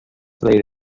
played